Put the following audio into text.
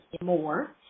more